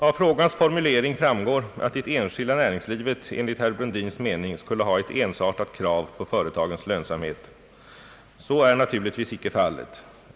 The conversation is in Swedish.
Av frågans formulering framgår att det enskilda näringslivet enligt herr Brundins mening skulle ha ett ensartat krav på företagens lönsamhet. Så är na turligtvis icke fallet.